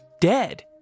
dead